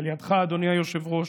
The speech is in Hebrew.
על ידיך, אדוני היושב-ראש,